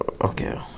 okay